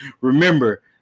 Remember